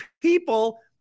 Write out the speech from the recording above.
people